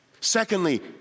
Secondly